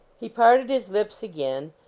he parted his lips again,